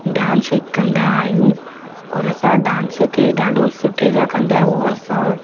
dance कंदा आहियूं और असां डांस खे ॾाढो सुठे सां कंदा आहियूं असां